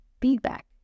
feedback